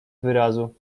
wyrazu